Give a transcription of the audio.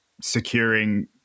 securing